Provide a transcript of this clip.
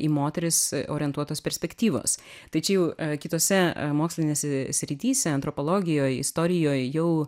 į moteris orientuotos perspektyvos tai čia jau kitose e mokslinėse srityse antropologijoj istorijoj jau